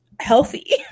healthy